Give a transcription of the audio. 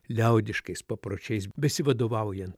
liaudiškais papročiais besivadovaujant